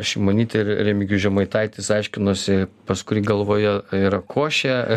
šimonytė ir remigijus žemaitaitis aiškinosi pas kurį galvoje yra košė